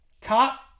top